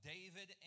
David